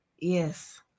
Yes